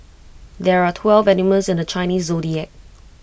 there are twelve animals in the Chinese Zodiac